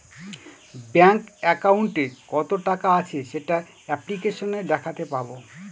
bank একাউন্টে কত টাকা আছে সেটা অ্যাপ্লিকেসনে দেখাতে পাবো